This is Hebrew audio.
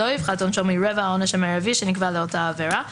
לא יפחת עונשו מרבע העונש המרבי שנקבע לאותה עבירה,